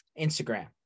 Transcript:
Instagram